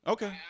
Okay